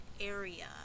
area